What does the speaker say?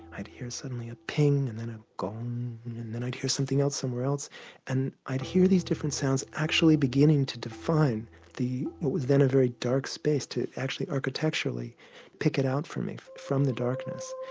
i'd hear suddenly a ping and then a gong and then i'd hear something else somewhere else and i'd hear these different sounds actually beginning to define what was then a very dark space to actually architecturally pick it out for me from the darkness.